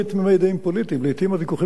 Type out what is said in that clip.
לעתים הוויכוחים בתוכנו נוקבים,